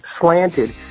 slanted